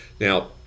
now